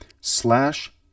slash